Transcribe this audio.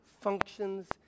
functions